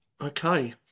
Okay